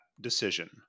decision